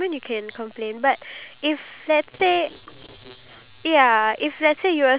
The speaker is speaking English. okay another question okay this is I feel like